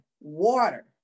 water